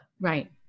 Right